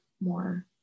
more